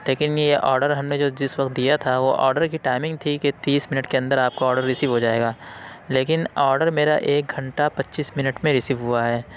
لیکن یہ آڈر ہم نے جو جس وقت دیا تھا وہ آڈر کی ٹائمنگ تھی کہ تیس منٹ کے اندر آپ کو آڈر ریسیو ہو جائے گا لیکن آڈر میرا ایک گھنٹہ پچیس منٹ میں ریسیو ہوا ہے